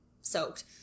soaked